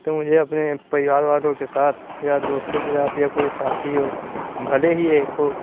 تو مجھے اپنے پریوار والوں کے ساتھ یا دوستوں کے ساتھ یا کوئی ساتھی ہو بھلے ہی ایک ہو